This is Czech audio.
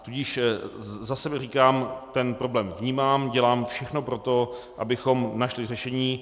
Tudíž za sebe říkám, ten problém vnímám, dělám všechno pro to, abychom našli řešení.